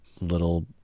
little